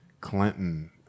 clinton